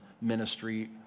ministry